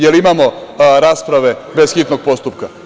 Jel imamo rasprave bez hitnog postupka?